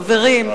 חברים,